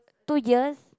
two years